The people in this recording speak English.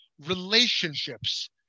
relationships